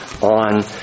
on